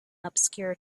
obscure